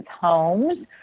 homes